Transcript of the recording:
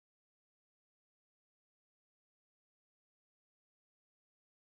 err hawk dot dot smash dot dot you hi you guys see can find me so hi